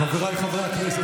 חבריי חברי הכנסת,